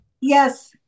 yes